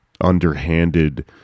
underhanded